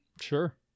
Sure